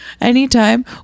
anytime